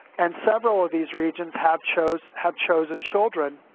and several of these regions have chose have chosen children